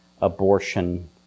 abortion